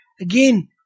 again